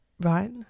Right